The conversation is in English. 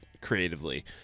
creatively